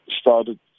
started